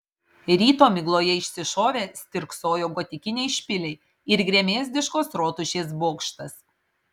ryto migloje išsišovę stirksojo gotikiniai špiliai ir gremėzdiškos rotušės bokštas